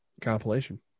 compilation